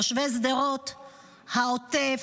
תושבי שדרות והעוטף,